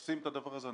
עושים את הדבר הזה.